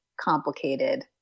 complicated